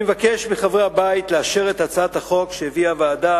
אני מבקש מחברי הבית לאשר את הצעת החוק שהביאה הוועדה,